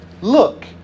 look